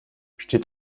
steht